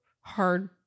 Hard